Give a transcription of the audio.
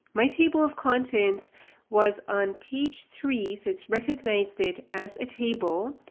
my table of contents was on page three. so it's recognized that as a table.